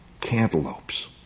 cantaloupes